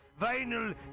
vinyl